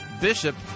Bishop